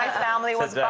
family was